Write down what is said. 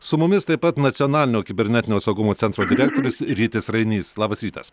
su mumis taip pat nacionalinio kibernetinio saugumo centro direktorius rytis rainys labas rytas